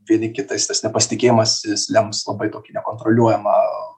vieni kitais tas nepasitikėjimas jis lems labai tokį nekontroliuojamą